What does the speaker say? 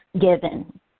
given